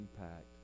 impact